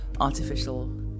artificial